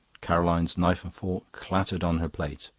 caroline's knife and fork clattered on her plate.